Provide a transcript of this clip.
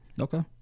Okay